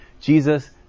Jesus